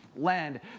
land